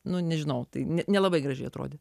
nu nežinau tai nelabai gražiai atrodė